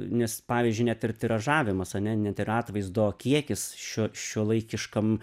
nes pavyzdžiui net ir tiražavimas ar ne net ir atvaizdo kiekis šiuo šiuolaikiškam